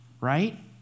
right